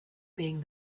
being